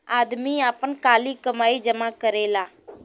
आदमी आपन काली कमाई जमा करेला